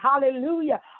Hallelujah